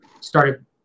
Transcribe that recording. started